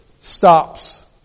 stops